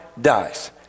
dies